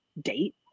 date